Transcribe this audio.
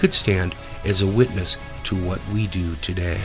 could stand as a witness to what we do today